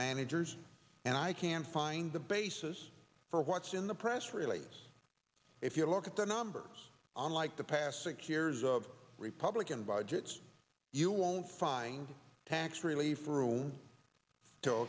managers and i can find the basis for what's in the press release if you look at the numbers unlike the past six years of republican budgets you won't find tax relief rooms to